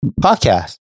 Podcast